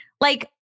like-